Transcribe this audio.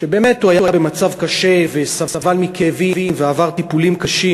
שבהם הוא באמת היה במצב קשה וסבל מכאבים ועבר טיפולים קשים.